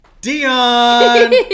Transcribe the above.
Dion